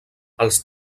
els